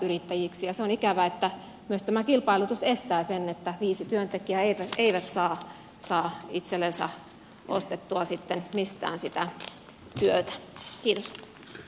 se on ikävää että myös tämä kilpailutus estää sen että viisi työntekijää ei saa itsellensä ostettua sitten mistään sitä työtä